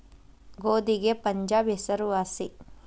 ಗೋಧಿಗೆ ಪಂಜಾಬ್ ಹೆಸರು ವಾಸಿ